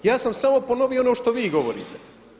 Ja sam samo ponovio ono što vi govorite.